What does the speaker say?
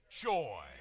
joy